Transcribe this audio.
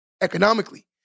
economically